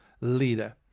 leader